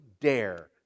dare